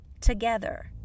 together